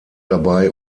dabei